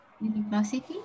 university